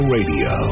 Radio